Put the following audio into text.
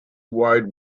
wide